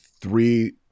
three